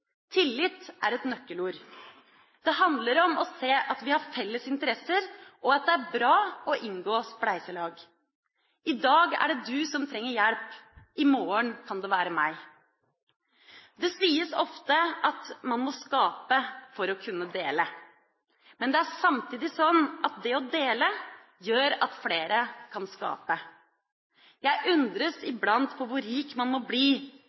Tillit er et nøkkelord. Det handler om å se at vi har felles interesser, og at det er bra å inngå spleiselag. I dag er det du som trenger hjelp, i morgen kan det være meg. Det sies ofte at man må skape for å kunne dele. Men det er samtidig slik at det å dele gjør at flere kan skape. Jeg undres iblant på hvor rik man må bli